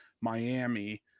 Miami